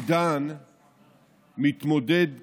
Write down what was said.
עידן מתמודד כעת,